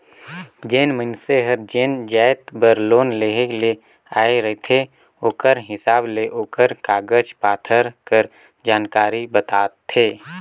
जेन मइनसे हर जेन जाएत बर लोन लेहे ले आए रहथे ओकरे हिसाब ले ओकर कागज पाथर कर जानकारी बताथे